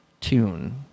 tune